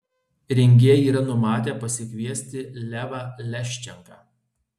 rengėjai yra numatę pasikviesti levą leščenką